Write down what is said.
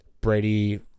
Brady